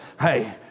hey